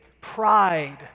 pride